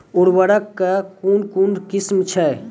उर्वरक कऽ कून कून किस्म छै?